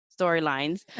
storylines